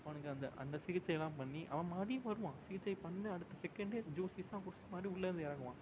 அவனுக்கு அந்த அந்த சிகிச்சைலாம் பண்ணி அவன் மறுபடியும் வருவான் சிகிச்சைக்கு பண்ண அடுத்த செகேண்டே ஜூஸ் கீஸ்லாம் குடித்துட்டு மறுபடியும் உள்ளே வந்து இறங்குவான்